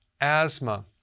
asthma